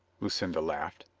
lucinda laughed.